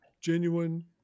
Genuine